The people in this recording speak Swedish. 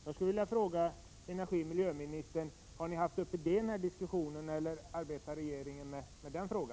Jag skulle vilja fråga miljöoch energiministern: Har ni haft detta uppe till diskussion, eller arbetar regeringen med denna fråga?